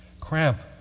cramp